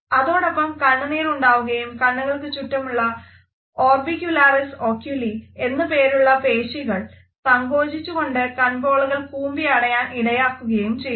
അതോടൊപ്പം കണ്ണുനീർ ഉണ്ടാവുകയും കണ്ണുകൾക്ക് ചുറ്റുമുള്ള ഓർബിക്യൂലറിസ് ഒക്യൂലി എന്ന പേരിലുള്ള പേശികൾ സങ്കോചിച്ചുകൊണ്ട് കൺപോളകൾ കൂമ്പി അടയാൻ ഇടയാക്കുകയും ചെയ്യുന്നു